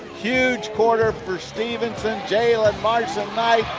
huge quarter for stephenson. jaylen marson-knight,